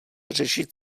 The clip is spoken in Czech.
řešit